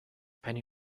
penny